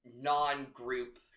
non-group